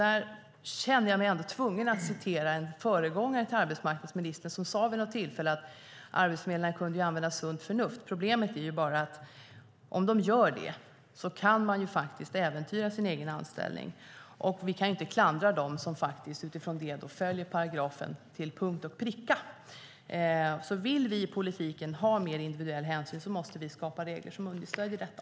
Där känner jag mig ändå tvungen att återge det som en föregångare till arbetsmarknadsministern vid något tillfälle sade, att arbetsförmedlarna ju kunde använda sunt förnuft. Problemet är bara att om de gör det kan de faktiskt äventyra sin egen anställning. Vi kan inte klandra dem som utifrån det faktiskt följer paragrafen till punkt och pricka. Vill vi politiker ha mer individuell hänsyn måste vi skapa regler som stöder detta.